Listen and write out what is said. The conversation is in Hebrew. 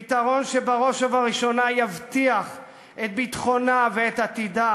פתרון שבראש ובראשונה יבטיח את ביטחונה ואת עתידה